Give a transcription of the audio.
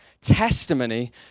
Testimony